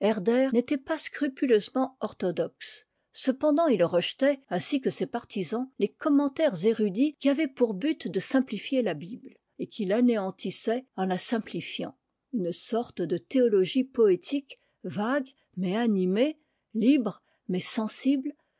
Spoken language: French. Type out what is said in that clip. herder n'était pas scrupuleusement orthodoxe cependant il rejetait ainsi que ses partisans ies commentaires érudits qui avaient pour but de simplifier la bible et qui l'anéantissaient en la simplifiant une sorte de théologie poétique vague mais animée libre mais sensible